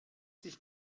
dich